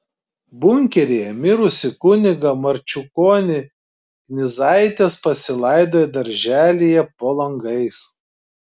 bunkeryje mirusį kunigą marčiukonį knyzaitės pasilaidojo darželyje po langais